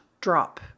drop